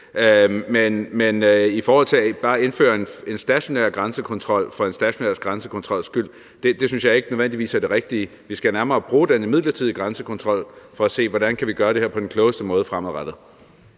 Men i forhold til bare at indføre en stationær grænsekontrol for en stationær grænsekontrols skyld synes jeg ikke, at det nødvendigvis er det rigtige. Vi skal nærmere bruge den midlertidige grænsekontrol til at se, hvordan vi kan gøre det her på den klogeste måde fremadrettet.